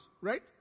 right